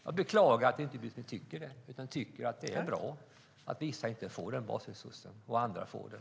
Jag beklagar att utbildningsministern inte tycker det utan i stället tycker att det är bra att vissa inte får den basresursen och andra får det.